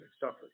suffered